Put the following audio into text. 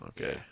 Okay